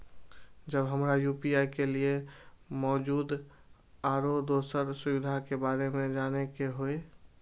जब हमरा यू.पी.आई के लिये मौजूद आरो दोसर सुविधा के बारे में जाने के होय?